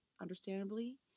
understandably